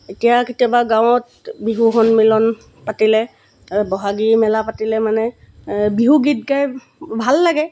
এতিয়া কেতিয়াবা গাঁৱত বিহু সন্মিলন পাতিলে তাৰ বহাগী মেলা পাতিলে মানে বিহু গীত গাই ভাল লাগে